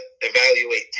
evaluate